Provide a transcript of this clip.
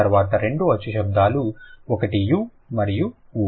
తర్వాత రెండు అచ్చు శబ్దాలు ఒకటి యు మరొకటి ఊ